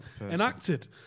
enacted